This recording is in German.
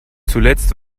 zuletzt